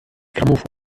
grammophon